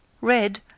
Red